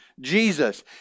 Jesus